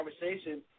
conversation